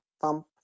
thump